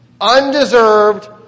Undeserved